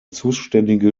zuständige